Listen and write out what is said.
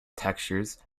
textures